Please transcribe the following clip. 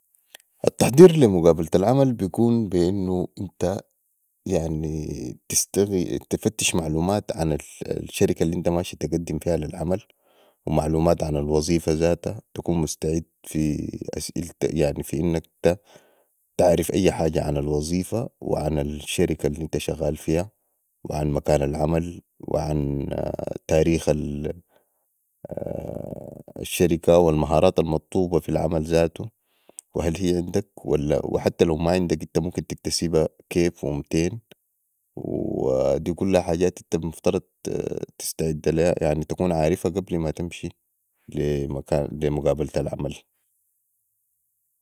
التحضير لي مقابلة العمل بكون بي انو أنت يعني تستقي تفتش معلومات عن الشركة الانت ماشي تقدم فيها لي العمل ومعلومات عن الوظيفه ذ اتا تكون مستعد في اسالتك انك أنت تعرف أي حاجه عن الوظيفه وعن الشركه الانت شغال فيها وعن مكان العمل وعن تاريخ الشركه وعن المهارات المطلوبه في العمل زاتو وهل هي عندك وحتي لو ما عندك أنت ممكن تكتسبا كيف ومتين ودي كلها حجات أنت مفروض تستعد ليها يعني تكون عارفا قبل ماتمشي لي مقابلة العمل